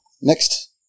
Next